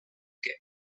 què